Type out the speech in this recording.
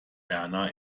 erna